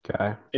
Okay